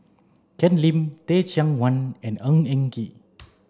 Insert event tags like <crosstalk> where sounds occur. Ken Lim Teh Cheang Wan and Ng Eng Kee <noise>